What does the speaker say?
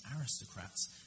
aristocrats